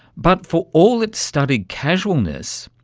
but for all its studied casualness,